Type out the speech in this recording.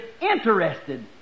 interested